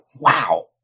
wow